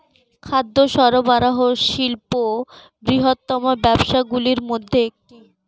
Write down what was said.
খাদ্য সরবরাহ শিল্প বৃহত্তম ব্যবসাগুলির মধ্যে একটি